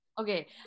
Okay